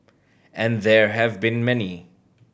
and there have been many